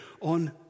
On